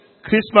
Christmas